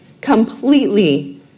completely